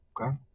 Okay